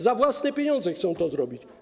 Za własne pieniądze chcą to zrobić.